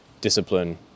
discipline